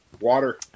Water